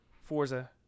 Forza